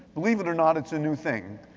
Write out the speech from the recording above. believe it or not, it's a new thing,